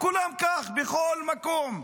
כולם כך, בכל מקום.